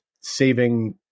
saving